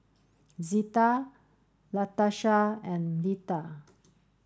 Zita Latarsha and Leatha